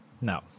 No